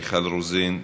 מיכל רוזין,